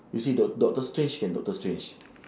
you see doc~ doctor strange can doctor strange